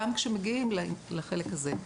גם כשמגיעים לחלק הזה.